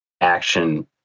action